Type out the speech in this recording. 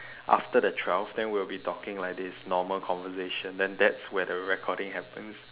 after the twelve then we will be talking like this normal conversation then that's where the recording happens